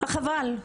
חבל.